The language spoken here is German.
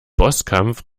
bosskampf